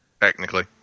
Technically